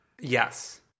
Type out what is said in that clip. Yes